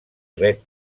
ret